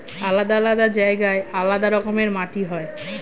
আলাদা আলাদা জায়গায় আলাদা রকমের মাটি হয়